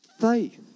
Faith